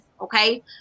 okay